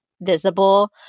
visible